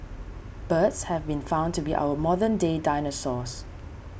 birds have been found to be our modern day dinosaurs